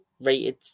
rated